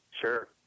Sure